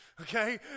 okay